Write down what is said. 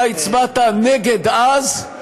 הצבעת נגד אז,